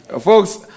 Folks